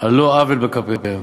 על לא עוול בכפם.